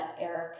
Eric